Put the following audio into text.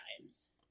times